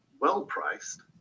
well-priced